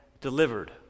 delivered